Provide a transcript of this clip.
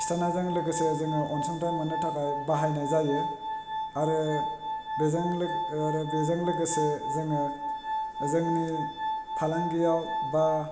खिथानायजों लोगोसे जोङो अनसुंथाइ मोन्नो थाखाय बाहायनाय जायो आरो बेजों लोगोसे जोङो जोंनि फालांगियाव बा